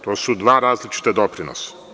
To su dva različita doprinosa.